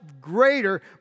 greater